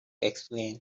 explain